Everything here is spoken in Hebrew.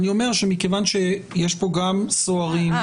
אני אומר שמכיוון שיש פה גם סוהרים, החרגה.